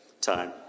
time